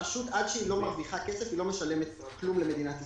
כל עוד הרשות לא מרוויחה כסף היא לא משלמת כלום למדינת ישראל.